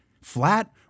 flat